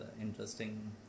interesting